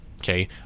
Okay